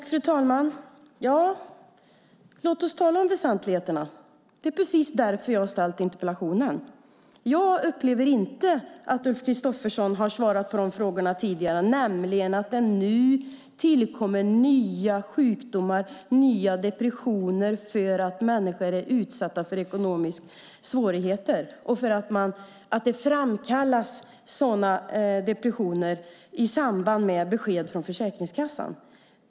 Fru talman! Låt oss tala om väsentligheterna. Det är precis därför som jag har ställt interpellationen. Jag upplever inte att Ulf Kristersson har svarat på dessa frågor tidigare, nämligen att det nu tillkommer nya sjukdomar och nya depressioner för att människor är utsatta för ekonomiska svårigheter. Det framkallas depressioner i samband med besked från Försäkringskassan.